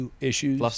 issues